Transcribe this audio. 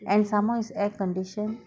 and somemore it's air conditioned